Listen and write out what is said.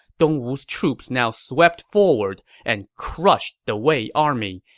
dongwu's troops now swept forward and crushed the wei army,